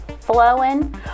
flowing